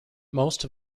most